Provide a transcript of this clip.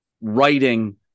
writing